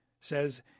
says